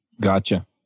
Gotcha